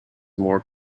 more